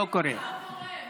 לא קורה.